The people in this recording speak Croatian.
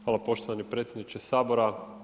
Hvala poštovani predsjedniče Sabora.